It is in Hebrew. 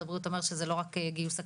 הבריאו אומר שזה לא רק גיוס הכספים,